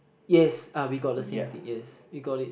yes uh we got the same thing yes we got it